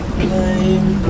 blame